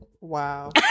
Wow